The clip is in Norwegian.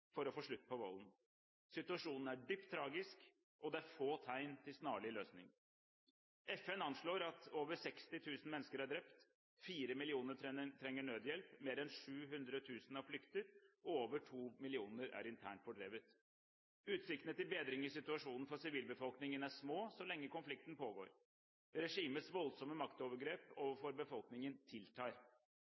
for å få slutt på volden. Situasjonen er dypt tragisk, og det er få tegn til snarlig løsning. FN anslår at over 60 000 mennesker er drept, fire millioner trenger nødhjelp, mer enn 700 000 har flyktet og over to millioner er internt fordrevet. Utsiktene til bedring i situasjonen for sivilbefolkningen er små så lenge konflikten pågår. Regimets voldsomme maktovergrep overfor befolkningen tiltar.